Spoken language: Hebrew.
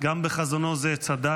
גם בחזונו זה צדק.